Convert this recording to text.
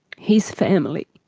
his family